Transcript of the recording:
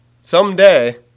someday